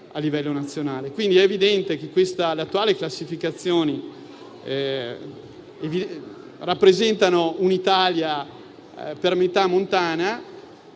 Quindi, è evidente che le attuali classificazioni rappresentano un'Italia per metà montana.